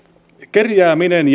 kerjääminen